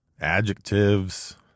adjectives